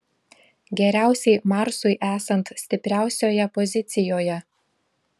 geriausiai marsui esant stipriausioje pozicijoje